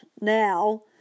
now